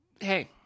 Hey